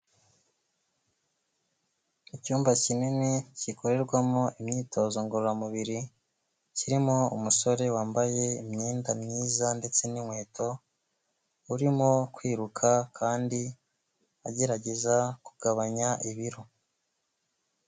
Icyumba kinini gikorerwamo imyitozo ngororamubiri, kirimo umusore wambaye imyenda myiza ndetse n'inkweto, urimo kwiruka kandi agerageza kugabanya ibiro.